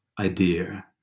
idea